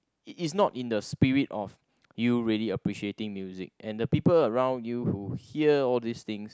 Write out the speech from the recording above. it is not in the spirit of you really appreciating music and the people around you who hear all these things